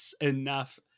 enough